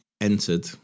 entered